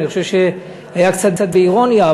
אני חושב שקצת באירוניה,